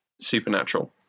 supernatural